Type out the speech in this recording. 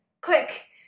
Quick